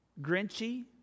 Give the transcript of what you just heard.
Grinchy